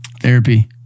Therapy